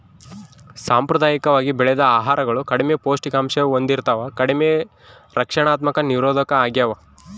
ಸಾಂಪ್ರದಾಯಿಕವಾಗಿ ಬೆಳೆದ ಆಹಾರಗಳು ಕಡಿಮೆ ಪೌಷ್ಟಿಕಾಂಶ ಹೊಂದಿರ್ತವ ಕಡಿಮೆ ರಕ್ಷಣಾತ್ಮಕ ನಿರೋಧಕ ಆಗ್ಯವ